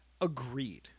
Agreed